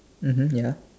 mmhmm ya